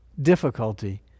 difficulty